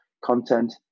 content